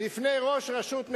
בפני ראש רשות מקומית,